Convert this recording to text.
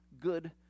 good